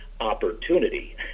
opportunity